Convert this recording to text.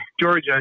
Georgia